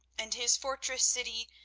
and his fortress city,